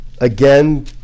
again